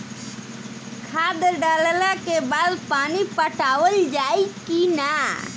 खाद डलला के बाद पानी पाटावाल जाई कि न?